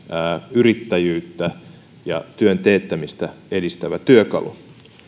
yrittäjyyttä ja työn teettämistä edistävä työkalu